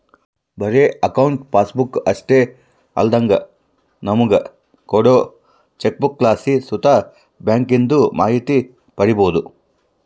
ಬರೇ account passbook ಅಷ್ಟೇ ಅಲ್ದಂಗ ನಮುಗ ಕೋಡೋ ಚೆಕ್ಬುಕ್ಲಾಸಿ ಸುತ ಬ್ಯಾಂಕಿಂದು ಮಾಹಿತಿ ಪಡೀಬೋದು